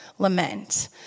Lament